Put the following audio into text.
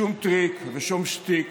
שום טריק ושום שטיק